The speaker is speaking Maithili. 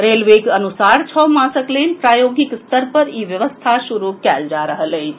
रेलवेक अनुसार छओ मासक लेल प्रायोगिक स्तर पर इ व्यवस्था शुरू कयल जा रहल अछि